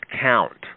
count